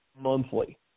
monthly